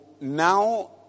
now